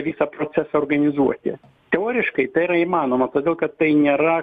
visą procesą organizuoti teoriškai tai yra įmanoma todėl kad tai nėra